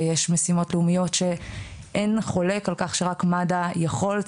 ויש משימות לאומיות שאין חולק על כך שרק מד"א יכול,